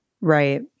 Right